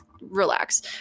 relax